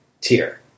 tier